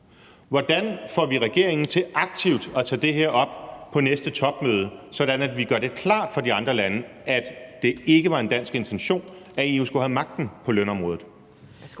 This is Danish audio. Hvordan får vi regeringen til aktivt at tage det her op på næste topmøde, sådan at vi gør det klart for de andre lande, at det ikke var en dansk intention, at EU skulle have magten på lønområdet?